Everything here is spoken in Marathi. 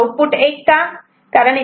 आउटपुट 1 का